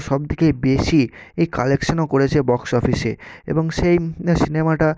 সবথেকে বেশি ই কালেকশনও করেছে বক্স অফিসে এবং সেই সিনেমাটা